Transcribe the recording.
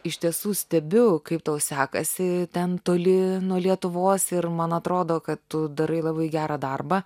iš tiesų stebiu kaip tau sekasi ten toli nuo lietuvos ir man atrodo kad tu darai labai gerą darbą